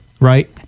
Right